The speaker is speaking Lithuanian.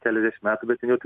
keleriais metais bet ten jau